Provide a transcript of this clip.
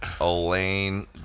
Elaine